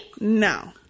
No